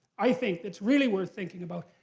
i think, that's really worth thinking about.